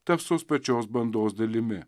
taps tos pačios bandos dalimi